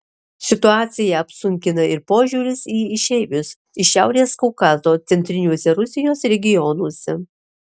situaciją apsunkina ir požiūris į išeivius iš šiaurės kaukazo centriniuose rusijos regionuose